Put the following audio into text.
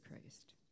Christ